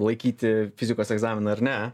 laikyti fizikos egzaminą ar ne